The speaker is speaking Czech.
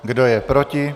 Kdo je proti?